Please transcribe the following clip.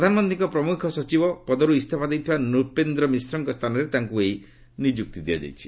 ପ୍ରଧାନମନ୍ତ୍ରୀଙ୍କ ପ୍ରମୁଖ ସଚିବ ପଦରୁ ଇସ୍ତଫା ଦେଇଥିବା ନୂପେନ୍ଦ୍ର ମିଶ୍ରଙ୍କ ସ୍ଥାନରେ ତାଙ୍କୁ ଏହି ନିଯୁକ୍ତି ଦିଆଯାଇଛି